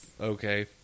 Okay